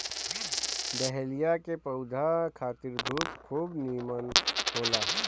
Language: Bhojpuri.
डहेलिया के पौधा खातिर धूप खूब निमन होला